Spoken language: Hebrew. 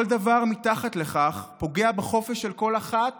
כל דבר מתחת לכך פוגע בחופש של כל אחת